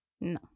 No